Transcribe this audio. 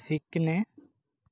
शिकणे